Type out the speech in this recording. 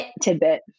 tidbit